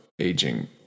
aging